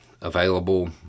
available